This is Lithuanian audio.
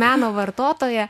meno vartotoja